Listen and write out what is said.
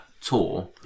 tour